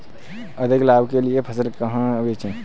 अधिक लाभ के लिए फसल कहाँ बेचें?